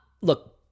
look